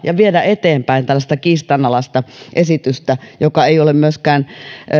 ja viedä eteenpäin tällaista kiistanalaista esitystä joka ei ole myöskään